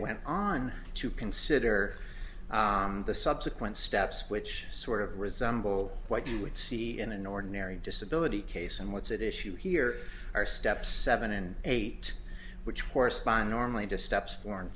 went on to consider the subsequent steps which sort of resemble what you would see in an ordinary disability case and what's at issue here are steps evan and eight which correspond normally to steps four and